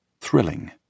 thrilling